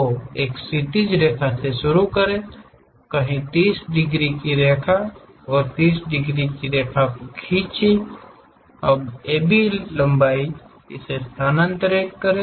तो एक क्षैतिज रेखा से शुरू करें कहीं 30 डिग्री की रेखा को एक और 30 डिग्री की रेखा खींचें अब AB की लंबाई से इसे स्थानांतरित करें